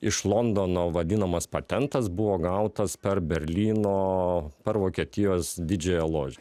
iš londono vadinamas patentas buvo gautas per berlyno per vokietijos didžiąją ložę